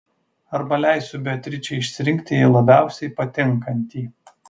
arba leisiu beatričei išsirinkti jai labiausiai patinkantį